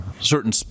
certain